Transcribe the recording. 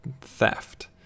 theft